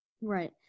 right